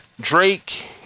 Drake